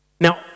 Now